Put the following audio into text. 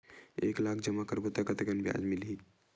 एक लाख जमा करबो त कतेकन ब्याज मिलही?